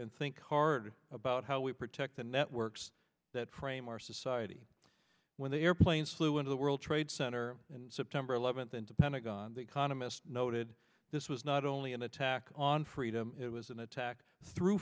and think hard about how we protect the networks that frame our society when the airplane flew into the world trade center and september eleventh and the pentagon the economist noted this was not only an attack on freedom it was an attack through